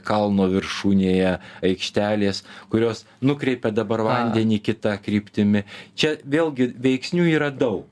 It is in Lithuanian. kalno viršūnėje aikštelės kurios nukreipia dabar vandenį kita kryptimi čia vėlgi veiksnių yra daug